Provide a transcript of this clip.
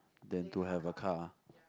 then do have a car